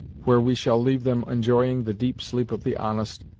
where we shall leave them enjoying the deep sleep of the honest,